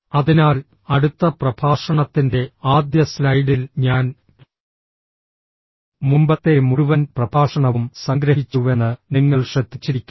അതിനാൽ അടുത്ത പ്രഭാഷണത്തിന്റെ ആദ്യ സ്ലൈഡിൽ ഞാൻ മുമ്പത്തെ മുഴുവൻ പ്രഭാഷണവും സംഗ്രഹിച്ചുവെന്ന് നിങ്ങൾ ശ്രദ്ധിച്ചിരിക്കാം